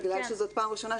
בגלל שזאת פעם ראשונה,